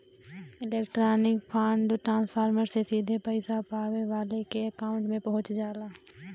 electronic fund transfer से सीधे पइसा पावे वाले के अकांउट में पहुंच जाला